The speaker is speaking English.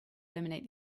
eliminate